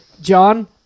John